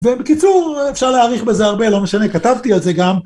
ובקיצור אפשר להעריך בזה הרבה, לא משנה, כתבתי על זה גם.